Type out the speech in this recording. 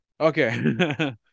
okay